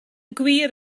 gwir